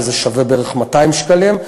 שזה שווה בערך 200 שקלים,